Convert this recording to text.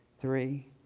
three